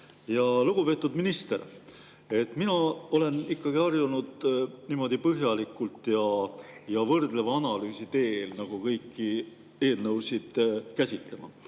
Lugupeetud minister! Mina olen ikkagi harjunud põhjalikult ja võrdleva analüüsi teel kõiki eelnõusid käsitlema.